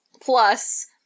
Plus